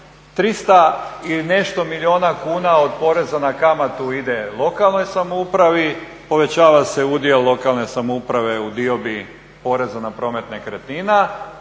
300 i nešto milijuna kuna od poreza na kamatu ide lokalnoj samoupravi, povećava se udjel lokalne samouprave u diobi poreza na promet nekretnina.